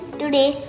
today